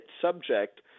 subject